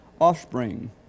offspring